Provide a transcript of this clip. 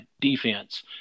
defense